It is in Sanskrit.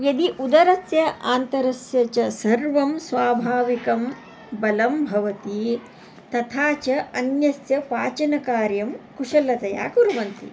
यदि उदरस्य अन्तरस्य च सर्वं स्वाभाविकं बलं भवति तथा च अन्नस्य पाचनकार्यं कुशलतया कुर्वन्ति